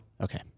Okay